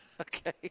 Okay